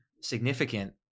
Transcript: significant